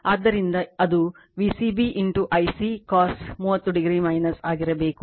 ಆದ್ದರಿಂದ ಅದು V c b Ic cos 30 o ಆಗಿರಬೇಕು